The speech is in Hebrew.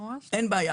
אין בעיה